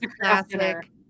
classic